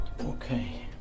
Okay